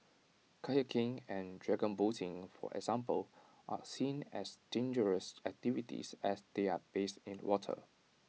kayaking and dragon boating for example are seen as dangerous activities as they are based in water